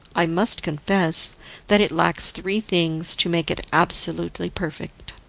i must confess that it lacks three things to make it absolutely perfect.